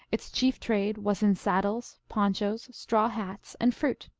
its chief trade was in saddles, ponchos, straw hats, and fruit.